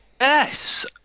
Yes